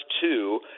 two